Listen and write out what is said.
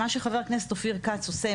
מה שחבר הכנסת אופיר כץ עושה,